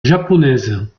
japonaise